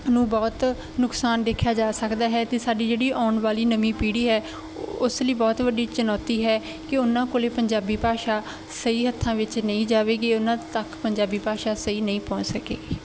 ਨੂੰ ਬਹੁਤ ਨੁਕਸਾਨ ਦੇਖਿਆ ਜਾ ਸਕਦਾ ਹੈ ਅਤੇ ਸਾਡੀ ਜਿਹੜੀ ਆਉਣ ਵਾਲੀ ਨਵੀਂ ਪੀੜ੍ਹੀ ਹੈ ਉਸ ਲਈ ਬਹੁਤ ਵੱਡੀ ਚੁਣੌਤੀ ਹੈ ਕਿ ਉਹਨਾਂ ਕੋਲ ਪੰਜਾਬੀ ਭਾਸ਼ਾ ਸਹੀ ਹੱਥਾਂ ਵਿੱਚ ਨਹੀਂ ਜਾਵੇਗੀ ਉਹਨਾਂ ਤੱਕ ਪੰਜਾਬੀ ਭਾਸ਼ਾ ਸਹੀ ਨਹੀਂ ਪਹੁੰਚ ਸਕੇਗੀ